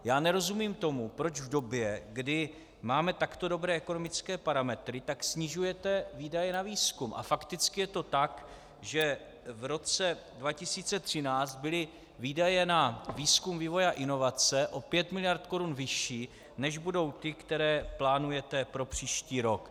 Já nerozumím tomu, proč v době, kdy máme takto dobré ekonomické parametry, snižujete výdaje na výzkum, a fakticky je to tak, že v roce 2013 byly výdaje na výzkum, vývoj a inovace o 5 miliard korun vyšší, než budou ty, které plánujete pro příští rok.